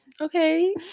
Okay